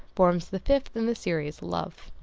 forms the fifth in the series, love.